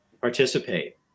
participate